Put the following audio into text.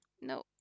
No